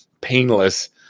painless